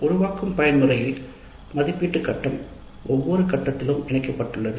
உருவாக்கும் பயன்முறையில் மதிப்பீட்டு கட்டம் ஒவ்வொரு கட்டத்திலும் இணைக்கப்பட்டுள்ளது